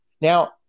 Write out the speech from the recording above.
Now